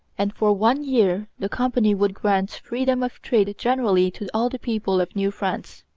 and for one year the company would grant freedom of trade generally to all the people of new france.